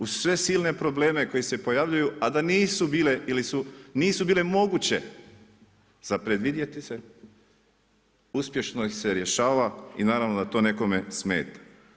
Uz sve silne probleme koji se pojavljuju a da nisu bile ili nisu bile moguće za predvidjeti se, uspješno ih se rješava i naravno da to nekome smeta.